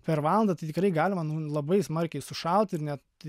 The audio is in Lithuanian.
per valandą tai tikrai galima labai smarkiai sušalt ir net